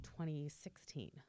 2016